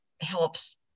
helps